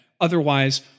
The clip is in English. Otherwise